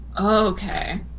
Okay